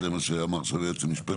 זה מה שאמר עכשיו היועץ המשפטי.